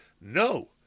No